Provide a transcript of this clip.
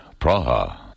Praha